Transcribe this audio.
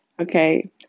Okay